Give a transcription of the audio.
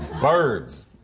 birds